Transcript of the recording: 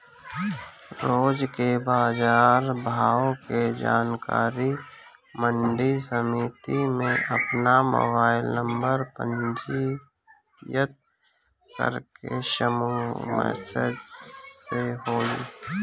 रोज के बाजार भाव के जानकारी मंडी समिति में आपन मोबाइल नंबर पंजीयन करके समूह मैसेज से होई?